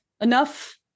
enough